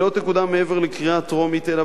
היא לא תקודם מעבר לקריאה טרומית אלא